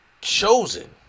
chosen